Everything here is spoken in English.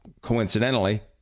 coincidentally